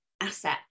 asset